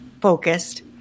focused